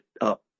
up